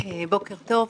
בוקר טוב.